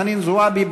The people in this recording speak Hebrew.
חנין זועבי,